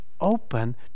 open